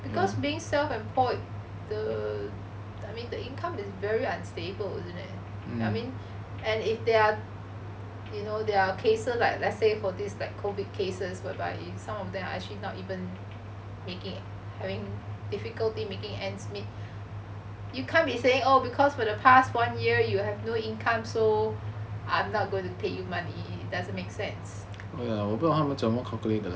because being self employed the I mean the income is very unstable isn't it I mean and if there are you know there are cases like let's say COVID cases whereby in some of them are actually not even making having difficulty making ends meet you can't be saying oh because for the past one year you have no income so I am not going to pay you money doesn't make sense